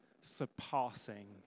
surpassing